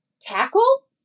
tackle